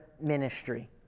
ministry